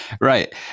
Right